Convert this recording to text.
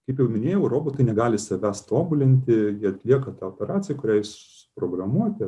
kaip jau minėjau robotai negali savęs tobulinti jie atlieka tą operacijų kuriai programuoti